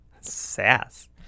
Sass